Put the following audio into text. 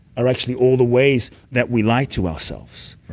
are actually all the ways that we lie to ourselves. right.